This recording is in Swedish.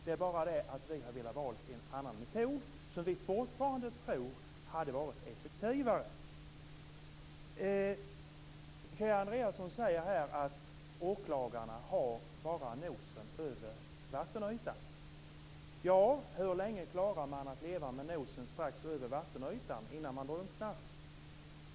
Det är bara det att vi har valt en annan metod, som vi fortfarande tror hade varit effektivare. Kia Andreasson säger här att åklagarna har bara nosen över vattenytan. Hur länge klarar man att leva med nosen strax över vattenytan innan man drunknar?